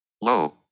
Low